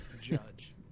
judge